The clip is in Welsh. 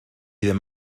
ddim